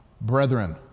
brethren